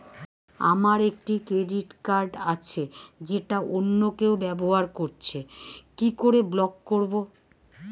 আমার একটি credit card আছে যেটা অন্য কেউ ব্যবহার করছে কি করে ব্লক করবো?